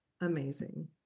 Amazing